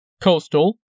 Coastal